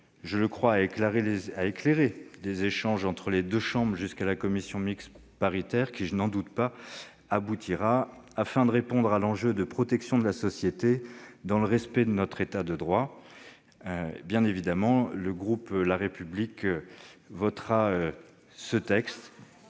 je le pense, à éclairer les échanges entre les deux chambres jusqu'à la réunion de la commission mixte paritaire, qui, je l'espère, sera conclusive, afin de répondre à l'enjeu de protection de la société, dans le respect de notre État de droit. Bien évidemment, le groupe La République En Marche votera ce texte.